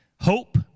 Hope